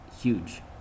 huge